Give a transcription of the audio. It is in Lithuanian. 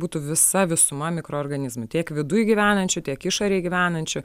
būtų visa visuma mikroorganizmų tiek viduj gyvenančių tiek išorėj gyvenančių